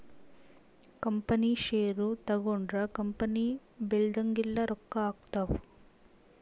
company share ತಗೊಂಡ್ರ company ಬೆಳ್ದಂಗೆಲ್ಲ ರೊಕ್ಕ ಆಗ್ತವ್